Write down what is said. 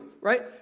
right